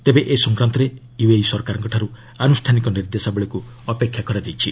ତେବେ ଏ ସଂକ୍ରାନ୍ତରେ ୟୁଏଇ ସରକାରଙ୍କଠାରୁ ଆନୁଷ୍ଠାନିକ ନିର୍ଦ୍ଦେଶବଳୀକୁ ଅପେକ୍ଷା କରାଯାଇଛି